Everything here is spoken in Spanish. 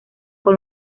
con